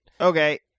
Okay